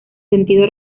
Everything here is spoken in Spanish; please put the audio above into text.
sentido